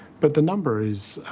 but the number is,